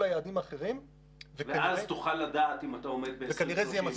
היעדים האחרים --- ואז תוכל לדעת אם אתה עומד ב-2030.